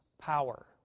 power